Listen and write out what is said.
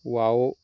wow